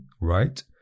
right